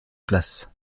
place